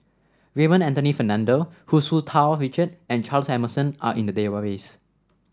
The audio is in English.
Raymond Anthony Fernando Hu Tsu Tau Richard and Charles Emmerson are in the database